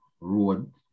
road